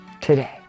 today